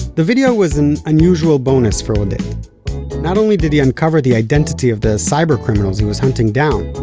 the video was an unusual bonus for oded not only did he uncover the identity of the cyber criminals he was hunting down,